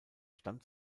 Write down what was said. stand